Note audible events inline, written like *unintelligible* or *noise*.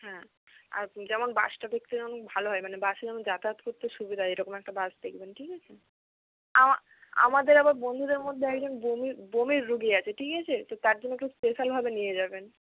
হ্যাঁ আর যেমন বাসটা দেখতে যেমন ভালো হয় মানে বাসে যেন যাতায়াত করতে সুবিধা হয় এই রকম একটা বাস দেখবেন ঠিক আছে আমাদের আবার বন্ধুদের মধ্যে একজন বমির বমির রুগী আছে ঠিক আছে তো তার জন্য *unintelligible* স্পেশালভাবে নিয়ে যাবেন